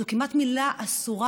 זאת כמעט מילה אסורה,